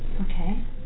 Okay